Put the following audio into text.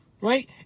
Right